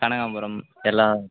கனகாம்பரம் எல்லாம்